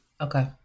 Okay